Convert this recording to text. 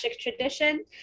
tradition